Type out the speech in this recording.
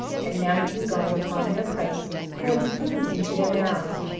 and mounting guard upon their posts, crammed spoons into their mouths,